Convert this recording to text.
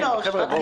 כן.